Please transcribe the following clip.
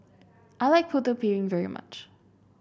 I like Putu Piring very much